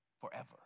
forever